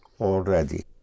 already